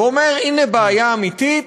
ואומר: הנה בעיה אמיתית,